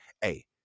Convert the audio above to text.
hey